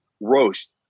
roast